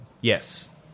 Yes